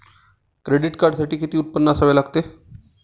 Credit कार्डसाठी किती उत्पन्न असावे लागते?